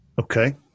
Okay